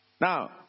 Now